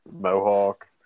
mohawk